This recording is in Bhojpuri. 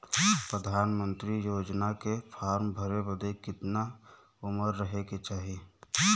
प्रधानमंत्री योजना के फॉर्म भरे बदे कितना उमर रहे के चाही?